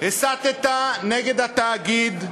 הסתָּ נגד התאגיד,